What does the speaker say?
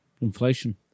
Inflation